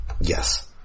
Yes